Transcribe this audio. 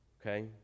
Okay